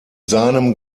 seinem